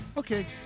Okay